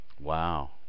wow